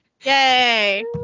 yay